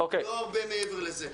לא הרבה מעבר לזה.